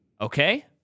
Okay